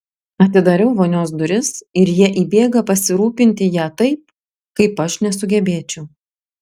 atidarau vonios duris ir jie įbėga pasirūpinti ja taip kaip aš nesugebėčiau